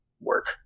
work